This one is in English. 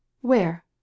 Where